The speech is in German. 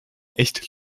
echt